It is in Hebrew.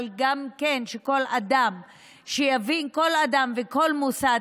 אבל גם שיבין כל אדם וכל מוסד,